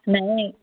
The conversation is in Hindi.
नहीं